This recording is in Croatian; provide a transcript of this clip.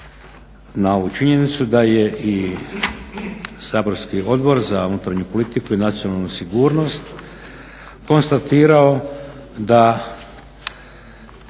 na ovu činjenicu da je i saborski Odbor za unutarnju politiku i nacionalnu sigurnost konstatirao da